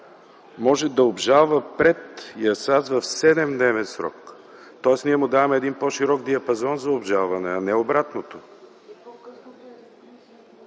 може да обжалва пред ИАСАС в 7-дневен срок, тоест ние му даваме по-широк диапазон за обжалване, а не обратното.